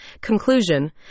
Conclusion